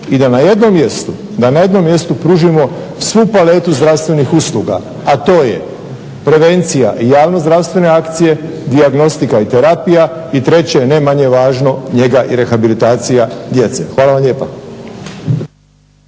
i da na jednom mjestu pružimo svu paletu zdravstvenih usluga, a to je prevencija i javne zdravstvene akcije, dijagnostika i terapija i treće ne manje važno njega i rehabilitacija djece. Hvala vam lijepa.